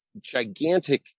gigantic